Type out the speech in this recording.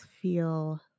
feel